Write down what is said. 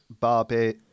Barbie